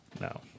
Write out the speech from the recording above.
No